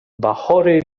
bachory